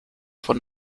von